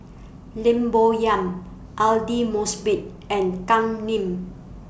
Lim Bo Yam Aidli Mosbit and Kam Ning